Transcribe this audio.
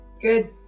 Good